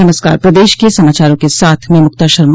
नमस्कार पदेश के समाचारों के साथ मैंमुक्ता शर्मा